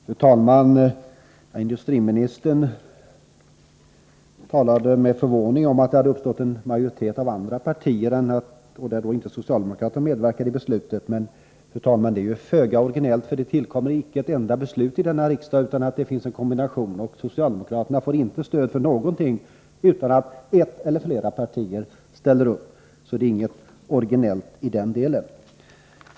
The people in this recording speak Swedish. Fru talman! Industriministern talade med förvåning om att det hade uppstått en majoritet av andra partier, där då inte socialdemokraterna medverkade i beslutet. Men detta är föga originellt, fru talman, för det fattas icke ett enda beslut i denna riksdag utan att en kombination av partier står bakom det. Socialdemokraterna får inte stöd för något förslag utan att ett eller flera andra partier ställer sig bakom det. Det är alltså inget originellt i detta.